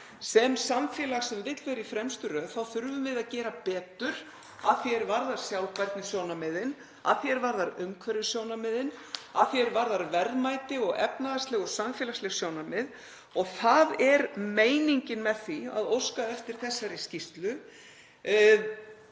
sem samfélag sem vill vera í fremstu röð þá þurfum við að gera betur að því er varðar sjálfbærnisjónarmiðin, að því er varðar umhverfissjónarmiðin, að því er varðar verðmæti og efnahagsleg og samfélagsleg sjónarmið og það er meiningin með því að óska eftir þessari skýrslu.